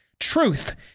truth